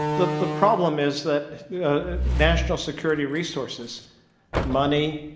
the the problem is that national security resources money,